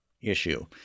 issue